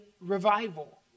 revival